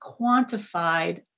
quantified